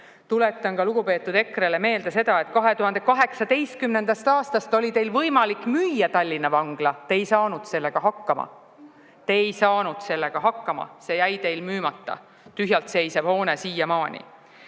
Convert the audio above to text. Tuletan lugupeetud EKRE-le meelde seda, et 2018. aastast oli teil võimalik müüa Tallinna vangla. Te ei saanud sellega hakkama. (Sumin saalis.) Te ei saanud sellega hakkama, see jäi teil müümata. See on tühjalt seisev hoone siiamaani.